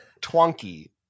Twonky